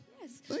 Yes